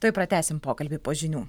tuoj pratęsim pokalbį po žinių